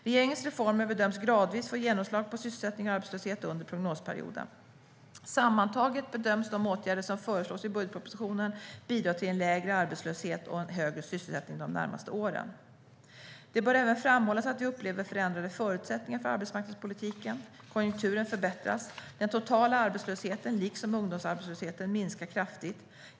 Regeringens reformer bedöms gradvis få genomslag på sysselsättning och arbetslöshet under prognosperioden. Sammantaget bedöms de åtgärder som föreslås i budgetpropositionen bidra till en lägre arbetslöshet och en högre sysselsättning de närmaste åren. Det bör även framhållas att vi upplever förändrade förutsättningar för arbetsmarknadspolitiken. Konjunkturen förbättras. Den totala arbetslösheten liksom ungdomsarbetslösheten minskar kraftigt.